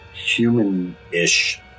human-ish